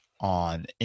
on